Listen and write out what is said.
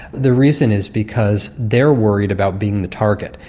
the reason is because they are worried about being the target,